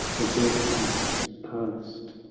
her birth-pangs past!